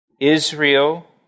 Israel